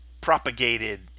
propagated